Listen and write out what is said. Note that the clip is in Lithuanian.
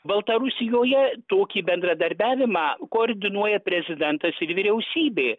baltarusijoje tokį bendradarbiavimą koordinuoja prezidentas ir vyriausybė